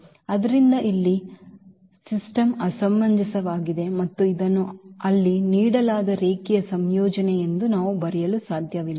ಆದ್ದರಿಂದ ಇಲ್ಲಿ ಸಿಸ್ಟಮ್ ಅಸಮಂಜಸವಾಗಿದೆ ಮತ್ತು ಇದನ್ನು ಅಲ್ಲಿ ನೀಡಲಾದ ರೇಖೀಯ ಸಂಯೋಜನೆ ಎಂದು ನಾವು ಬರೆಯಲು ಸಾಧ್ಯವಿಲ್ಲ